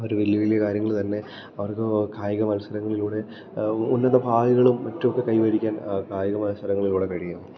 അവര് വലിയ വലിയ കാര്യങ്ങള്തന്നെ അവർക്ക് കായിക മത്സരങ്ങളിലൂടെ ഉന്നതോപാധികളും മറ്റുവൊക്കെ കൈവരിക്കാൻ കായിക മത്സരങ്ങളിലൂടെ കഴിയും